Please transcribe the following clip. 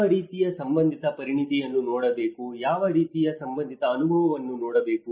ಯಾವ ರೀತಿಯ ಸಂಬಂಧಿತ ಪರಿಣತಿಯನ್ನು ನೋಡಬೇಕು ಯಾವ ರೀತಿಯ ಸಂಬಂಧಿತ ಅನುಭವವನ್ನು ನೋಡಬೇಕು